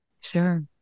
Sure